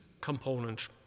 component